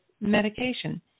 medication